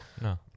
No